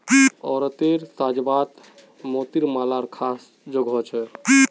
औरतेर साज्वात मोतिर मालार ख़ास जोगो छे